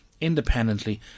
independently